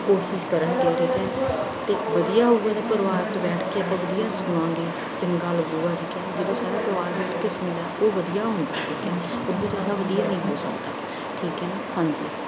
ਕੋਸ਼ਿਸ਼ ਕਰਨਗੇ ਅਤੇ ਵਧੀਆ ਹੋਊਗਾ ਤਾਂ ਪਰਿਵਾਰ 'ਚ ਬੈਠ ਕੇ ਆਪਾਂ ਵਧੀਆ ਸੁਣਾਂਗੇ ਚੰਗਾ ਲੱਗੂਗਾ ਠੀਕ ਹੈ ਜਦੋਂ ਸਾਰਾ ਪਰਿਵਾਰ ਬੈਠ ਕੇ ਸੁਣਨਾ ਉਹ ਵਧੀਆ ਹੁੰਦਾ ਠੀਕ ਹੈ ਉੱਦੋਂ ਜ਼ਿਆਦਾ ਵਧੀਆ ਨਹੀਂ ਹੋ ਸਕਦਾ ਠੀਕ ਹੈ ਨਾ ਹਾਂਜੀ